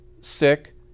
sick